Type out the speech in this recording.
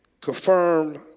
confirm